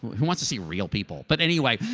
who wants to see real people? but anyway,